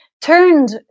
turned